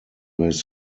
his